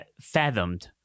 fathomed